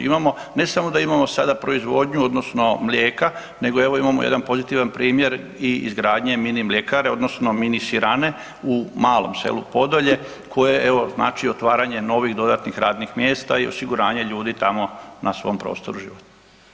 Imamo, ne samo da imamo sada proizvodnju odnosno mlijeka nego imamo jedan pozitivan primjer i izgradnje mini mljekare odnosno mini sirane u malom selu Podolje koje evo znači otvaranje novih dodatnih radnih mjesta i osiguranje ljudi tamo na svom prostoru životnom.